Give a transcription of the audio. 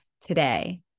today